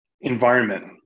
environment